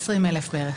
20,000 בערך.